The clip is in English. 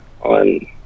on